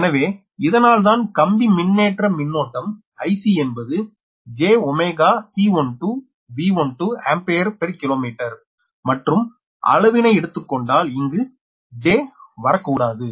எனவே இதனால்தான் கம்பி மின்னேற்ற மின்னோட்டம் Ic என்பது 𝑗C12∗𝑦our 𝑉12 அம்பேர் பெற் கிலோமீட்டர் மற்றும் அளவினைஎடுத்துக்கொண்டால் இங்கு j வரக்கூடாது